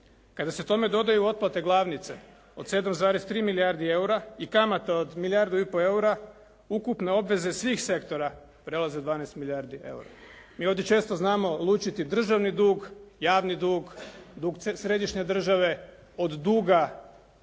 Kada se tome dodaju otplate glavnice od 7,3 milijardi eura i kamata od milijardu i pol eura, ukupne obveze svih sektora prelaze 12 milijardi eura. Mi ovdje često znamo lučiti državni dug, javni dug, dug središnje države od duga